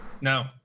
No